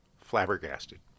flabbergasted